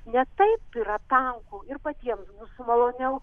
ne taip yra tanku ir patiems bus maloniau